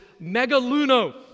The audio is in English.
megaluno